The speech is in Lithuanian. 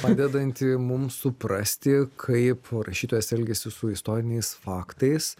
padedanti mums suprasti kaip rašytojas elgiasi su istoriniais faktais